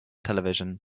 television